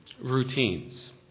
routines